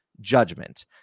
judgment